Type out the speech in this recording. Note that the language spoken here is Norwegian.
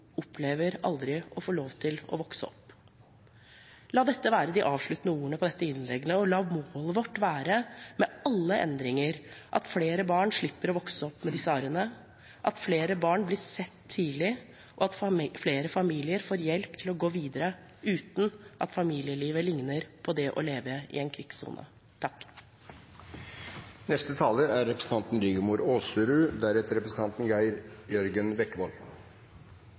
opplever aldri å få lov til å vokse opp. La dette være de avsluttende ordene på dette innlegget, og la målet vårt med alle endringer være at flere barn slipper å vokse opp med disse arrene, at flere barn blir sett tidlig, og at flere familier får hjelp til å gå videre uten at familielivet ligner på det å leve i en krigssone. Først takk